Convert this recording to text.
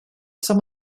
some